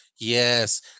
Yes